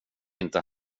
inte